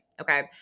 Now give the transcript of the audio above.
okay